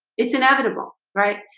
it's inevitable, right?